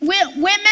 women